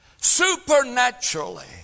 supernaturally